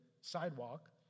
sidewalk